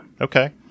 Okay